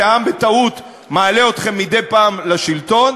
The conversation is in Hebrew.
כשהעם בטעות מעלה אתכם מדי פעם לשלטון,